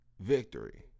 victory